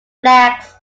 flags